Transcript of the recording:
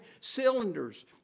cylinders